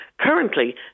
currently